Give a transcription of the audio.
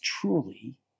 truly